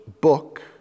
book